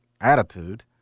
attitude